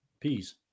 Peas